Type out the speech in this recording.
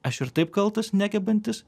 aš ir taip kaltas negebantis